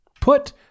Put